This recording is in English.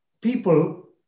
people